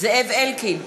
זאב אלקין,